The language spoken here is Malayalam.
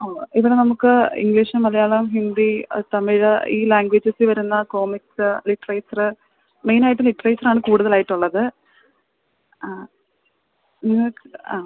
ഓ ഇവിടെ നമുക്ക് ഇംഗ്ലീഷ് മലയാളം ഹിന്ദി തമിഴ് ഈ ലാംങ്ക്വേജസിൽ വരുന്ന് കോമിക്സ് ലിറ്ററേച്ചർ മെയ്നായിട്ട് ലിറ്ററേച്ചറാണ് കൂടുതൽ ആയിട്ട് ഉള്ളത് ആ നിങ്ങൾക്ക് ആ